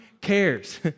cares